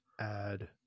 add